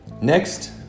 Next